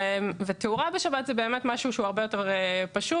תאורה בשבת זה משהו שהוא הרבה יותר פשוט